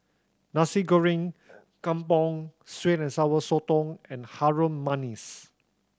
Nasi Goreng Kampung sweet and Sour Sotong and Harum Manis